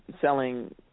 selling